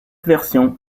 version